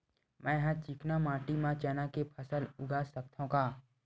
मै ह चिकना माटी म चना के फसल उगा सकथव का?